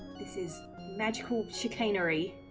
it is magical chicanery